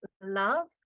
love